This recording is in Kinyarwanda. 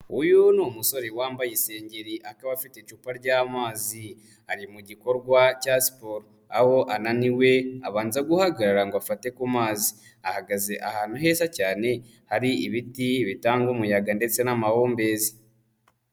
Uyu ni umusore wambaye isengeri akaba afite icupa ry'amazi ari mu gikorwa cya siporo, aho ananiwe abanza guhagarara ngo afate ku mazi, ahagaze ahantu heza cyane hari ibiti bitanga umuyaga ndetse n'amahumbezi.